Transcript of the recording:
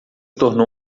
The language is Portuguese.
tornou